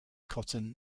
cotton